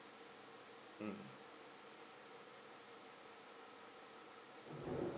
mm